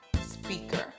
speaker